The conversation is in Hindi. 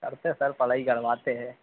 सर करवाते है